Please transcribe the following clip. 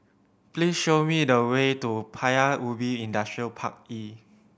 please show me the way to Paya Ubi Industrial Park E